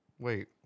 Wait